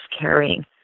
carrying